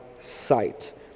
sight